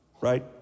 right